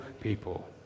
people